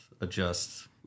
adjust